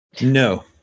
No